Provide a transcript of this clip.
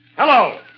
Hello